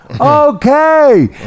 Okay